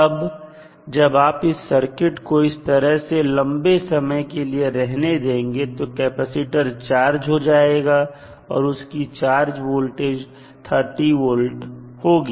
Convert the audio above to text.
अब जब आप इस सर्किट को इस तरह से लंबे समय के लिए रहने देंगे तो कैपेसिटर चार्ज हो जाएगा और उसकी चार्ज वोल्टेज 30 volt होगी